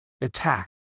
attack